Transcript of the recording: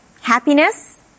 Happiness